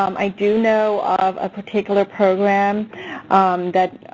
um i do know of a particular program that